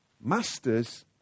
Masters